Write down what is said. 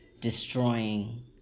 destroying